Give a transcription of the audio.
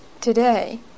today